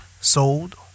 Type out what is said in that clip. sold